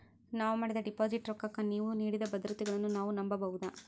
ನಾವು ಮಾಡಿದ ಡಿಪಾಜಿಟ್ ರೊಕ್ಕಕ್ಕ ನೀವು ನೀಡಿದ ಭದ್ರತೆಗಳನ್ನು ನಾವು ನಂಬಬಹುದಾ?